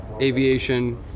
aviation